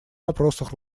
вопросах